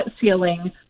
ceiling